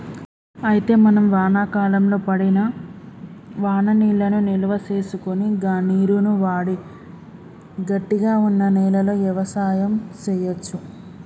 అయితే మనం వానాకాలంలో పడిన వాననీళ్లను నిల్వసేసుకొని గా నీరును వాడి గట్టిగా వున్న నేలలో యవసాయం సేయచ్చు